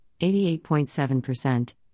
88.7%